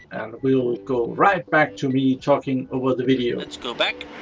we'll we'll go right back to me talking over the video. let's go back